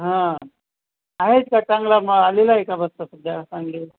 हां आहेत का चांगला माल आलेला आहे का बस्ता सध्या चांगला